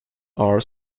are